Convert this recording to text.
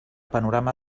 panorama